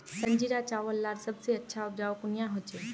संजीरा चावल लार सबसे अच्छा उपजाऊ कुनियाँ होचए?